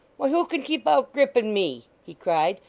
why, who can keep out grip and me he cried,